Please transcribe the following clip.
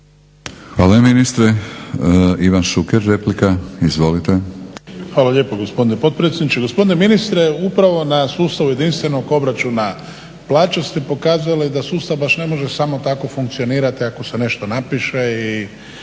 Hvala ministre. Ivan Šuker, replika. **Šuker, Ivan (HDZ)** Hvala lijepo gospodine potpredsjedniče. Gospodine ministre, upravo na sustavu jedinstvenog obračuna plaća ste pokazali da sustav baš ne može samo tako funkcionirati ako se nešto napiše i